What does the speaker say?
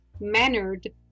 mannered